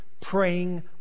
praying